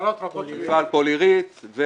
מפעל "פולירית" -- עשרות רבות של מפעלים.